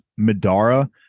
Madara